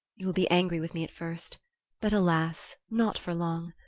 you will be angry with me at first but, alas! not for long.